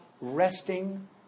resting